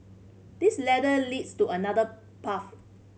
this ladder leads to another path